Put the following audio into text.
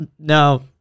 no